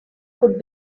could